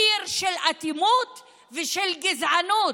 קיר של אטימות ושל גזענות.